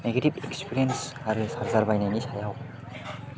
negative experience आरो charger बायनायनि सायाव